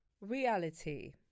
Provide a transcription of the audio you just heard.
Reality